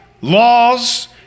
laws